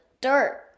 dirt